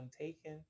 taken